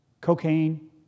cocaine